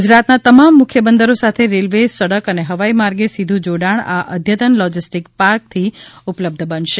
ગુજરાતના તમામ મુખ્ય બંદરો સાથે રેલ્વે સડક અને હવાઈ માર્ગે સીધું જોડાણ આ અદ્યતન લોજિસ્ટિક પાર્કથી ઉપલબ્ધ બનશે